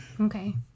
Okay